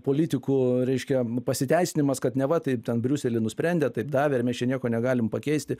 politikų reiškia pasiteisinimas kad neva taip ten briusely nusprendė taip davė ir mes čia nieko negalim pakeisti